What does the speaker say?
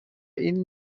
این